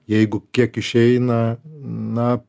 jeigu kiek išeina na